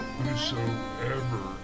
Whosoever